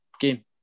game